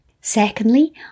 Secondly